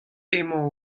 emañ